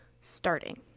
starting